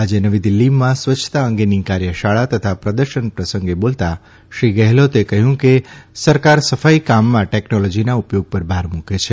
આજે નવી દીલ્ફીમાં સ્વચ્છતા અંગેની કાર્યશાળા તથા પ્રદર્શન પ્રસંગે બોલતાં શ્રી ગેહલોતે કહ્યું કે સરકાર સફાઇ કામમાં ટેકનોલોજીના ઉપયોગ પર ભાર મૂકે છે